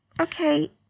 Okay